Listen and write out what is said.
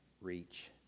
reach